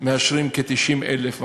מאשרים כ-90,000,